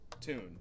tune